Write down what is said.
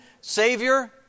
Savior